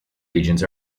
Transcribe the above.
regions